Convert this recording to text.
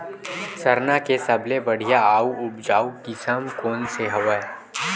सरना के सबले बढ़िया आऊ उपजाऊ किसम कोन से हवय?